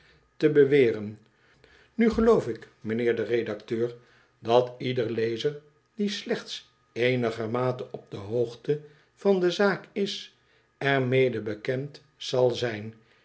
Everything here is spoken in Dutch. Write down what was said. te beweren nu geloof ik mijnheer de redacteur dat ieder lezer die slechts eenigermate op de hoogte van de zaak is ermede bekend zal zijn